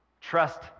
Trust